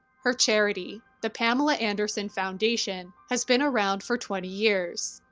her charity, the pamela anderson foundation, has been around for twenty years.